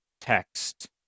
text